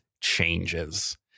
changes